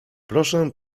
proszę